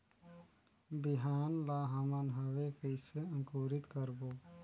बिहान ला हमन हवे कइसे अंकुरित करबो?